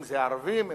אם ערבים,